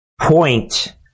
point